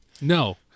No